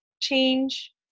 change